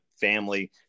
family